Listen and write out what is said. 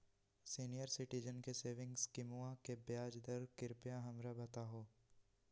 senior citizen के saving स्कीमवा के ब्याज दर कृपया हमरा बताहो